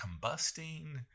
combusting